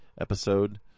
episode